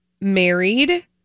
married